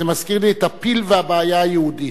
זה מזכיר לי את הפיל והבעיה היהודית.